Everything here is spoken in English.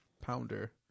Pounder